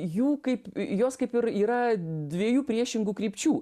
jų kaip jos kaip ir yra dviejų priešingų krypčių